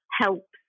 helps